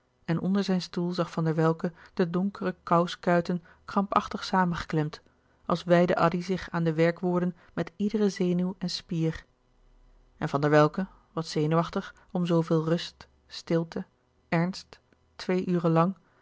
en onder zijn stoel zag van der welcke de donkere kous kuiten krampachtig samengeklemd als wijdde addy zich aan de werkwoorden met iedere zenuw en spier en van der welcke wat zenuwachtig om zooveel rust stilte ernst twee